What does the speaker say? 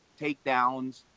takedowns